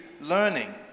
learning